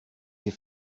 sie